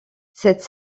cette